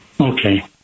Okay